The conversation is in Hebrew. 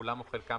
כולם או חלקם,